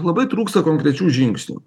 labai trūksta konkrečių žingsnių